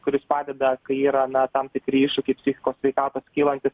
kuris padeda kai yra na tam tikri iššūkiai psichikos sveikatos kylantys